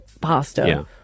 pasta